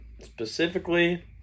specifically